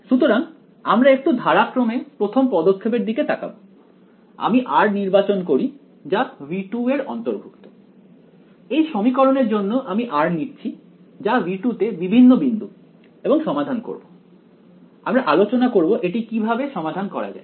সুতরাং আমরা একটু ধারাক্রমে প্রথম পদক্ষেপ এর দিকে তাকাবো আমি r নির্বাচন করি যা V2 এর অন্তর্ভুক্ত এই সমীকরণের জন্য আমি r নিচ্ছি যা V2 তে বিভিন্ন বিন্দু এবং সমাধান করব আমরা আলোচনা করব এটি কিভাবে সমাধান করা যায়